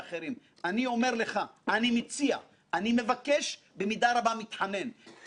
חבריי ואני קבענו שינויי חקיקה, והם יהיו.